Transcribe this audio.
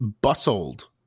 bustled